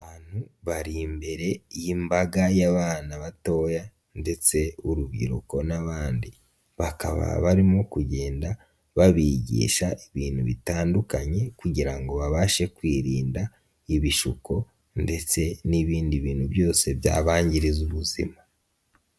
Abantu bari imbere y'imbaga y'abana batoya ndetse urubyiruko n'abandi, bakaba barimo kugenda babigisha ibintu bitandukanye kugira ngo babashe kwirinda ibishuko ndetse n'ibindi bintu byose byabangiriza ubuzima.